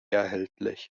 erhältlich